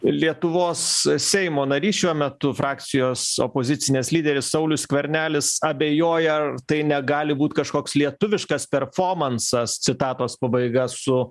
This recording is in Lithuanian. lietuvos seimo narys šiuo metu frakcijos opozicinės lyderis saulius skvernelis abejoja ar tai negali būt kažkoks lietuviškas perfomansas citatos pabaiga su